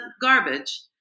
garbage